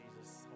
Jesus